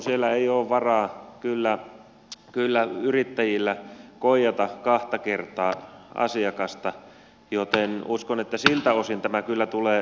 siellä ei ole yrittäjillä kyllä varaa koijata kahta kertaa asiakasta joten uskon että siltä osin tämä kyllä tulee toteutumaan